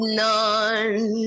none